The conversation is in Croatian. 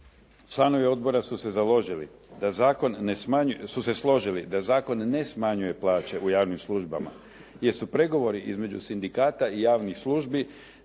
Članovi odbora su se složili da zakon ne smanjuje plaće u javnim službama jer su pregovori između sindikata i javnih službi